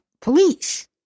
police